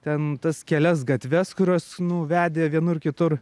ten tas kelias gatves kurios vedė vienur kitur